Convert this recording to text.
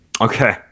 okay